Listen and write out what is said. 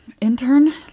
Intern